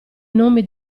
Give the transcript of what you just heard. nomi